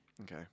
Okay